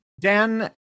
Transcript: Dan